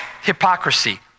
hypocrisy